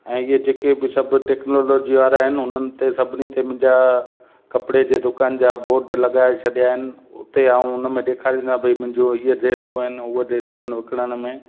ऐं ईअं जेके बि सभु टेक्नोलॉजी वारा आहिनि उन्हनि ते सभिनी ते मुंहिंजा कपिड़े जे दुकान जा बोर्ड लॻाए छॾिया आहिनि उते आऊं उन में ॾेखारींदा आहियां भई मुंहिंजो इहो ड्रेस आहिनि उहे ड्रेसूं आहिनि विकिरण में